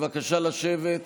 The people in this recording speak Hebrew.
בבקשה לשבת.